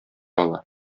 ала